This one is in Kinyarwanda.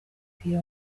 mupira